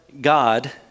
God